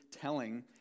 telling